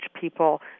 people